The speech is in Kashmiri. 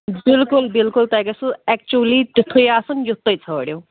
بلکُل بلکُل تۄہہِ گژھوٕ ایکچُؤلی تِتھٕے آسُن یُتھ تۄہہِ ژھانٛڈِو